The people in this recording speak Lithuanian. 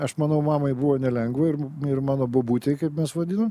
aš manau mamai buvo nelengva ir ir mano bobutei kaip mes vadinom